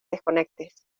desconectes